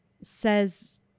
says